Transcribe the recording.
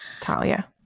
Talia